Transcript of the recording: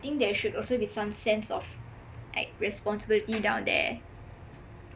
think they should also be some sense of like responsibility doen there